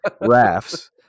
rafts